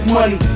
money